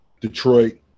Detroit